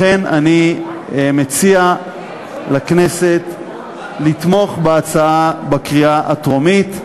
לכן אני מציע לכנסת לתמוך בהצעה בקריאה הטרומית,